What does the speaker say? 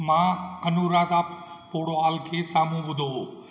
मां अनूराधा पौडवाल खे साम्हूं ॿुधो हो